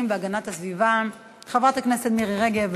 והגנת הסביבה חברת הכנסת מירי רגב.